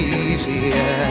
easier